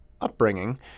upbringing